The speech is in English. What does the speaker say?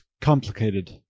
complicated